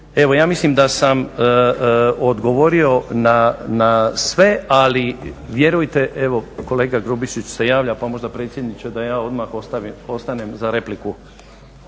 Evo ja mislim da sam odgovorio na sve, ali vjerujte evo kolega Grubišić se javlja, pa možda predsjedniče da ja odmah ostanem za repliku.